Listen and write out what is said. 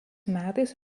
metais